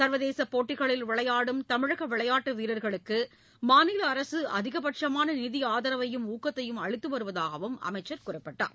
சர்வதேசுப் போட்டிகளில் விளையாடும் தமிழக விளையாட்டு வீரர்களுக்கு மாநில அரசு அதிகபட்சமான நிதி ஆதரவையும் ஊக்கத்தையும் அளித்து வருவதாக அவர் குறிப்பிட்டார்